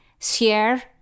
share